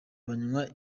banywa